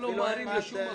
אנחנו לא ממהרים לשום מקום.